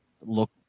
look